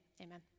Amen